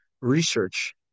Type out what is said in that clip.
research